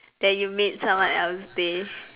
that you made someone else day